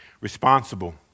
Responsible